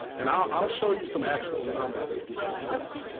and i'll show you some actual numbers as we move forward.